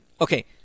Okay